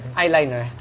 eyeliner